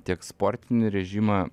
tiek sportinį režimą